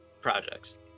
projects